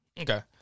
Okay